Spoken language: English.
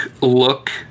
look